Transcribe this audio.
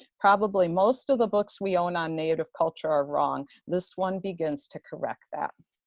probably most of the books we own on native culture are wrong. this one begins to correct that.